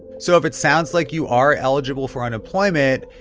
so if it sounds like you are eligible for unemployment,